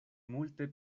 multe